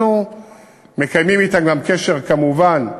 אנחנו מקיימים אתם קשר, כמובן,